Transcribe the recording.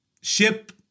ship